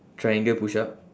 triangle push-up